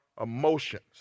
emotions